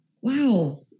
wow